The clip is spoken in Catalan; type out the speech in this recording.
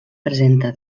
presenta